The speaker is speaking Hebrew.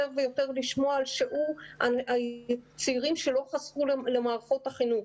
ויותר לשמוע על שיעור הצעירים שלא חזרו למערכות החינוך.